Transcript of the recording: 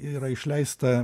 yra išleista